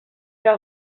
que